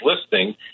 listing